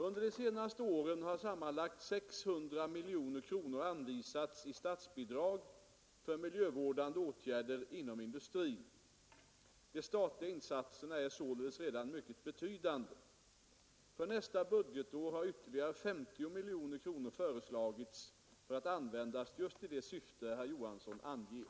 Under de senaste åren har sammanlagt 600 miljoner kronor anvisats i statsbidrag för miljövårdande åtgärder inom industrin. De statliga insatserna är således redan mycket betydande. För nästa budgetår har ytterligare 50 miljoner kronor föreslagits för att användas just i det syfte herr Johansson anger.